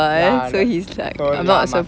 ya so ya must